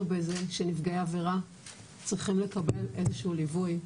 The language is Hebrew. בזה שנפגעי עבירה צריכים לקבל איזה שהוא ליווי,